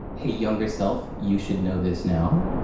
hey, younger self, you should know this now,